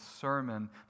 sermon